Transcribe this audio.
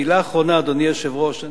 מלה אחרונה, אדוני היושב-ראש.